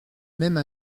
même